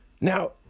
Now